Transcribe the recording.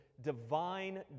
divine